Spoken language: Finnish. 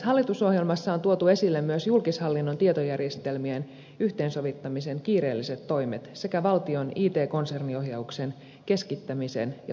hallitusohjelmassa on tuotu esille myös julkishallinnon tietojärjestelmien yhteensovittamisen kiireelliset toimet sekä valtion it konserniohjauksen keskittämisen ja vahvistamisen tärkeys